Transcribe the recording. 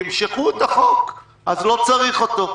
תמשכו את החוק, אז לא צריך אותו.